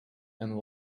and